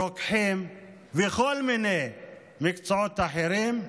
רוקחים וכל מיני מקצועות אחרים,